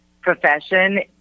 profession